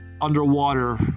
underwater